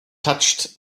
touched